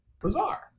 bizarre